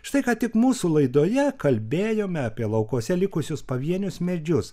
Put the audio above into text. štai ką tik mūsų laidoje kalbėjome apie laukuose likusius pavienius medžius